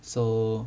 so